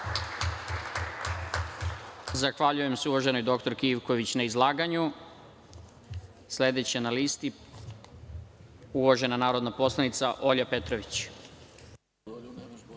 Zahvaljujem se uvaženoj dr Ivković na izlaganju. Sledeća na listi je uvažena narodna poslanica Olja Petrović.